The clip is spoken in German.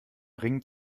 ring